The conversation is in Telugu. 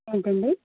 ఏంటండీ